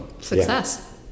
Success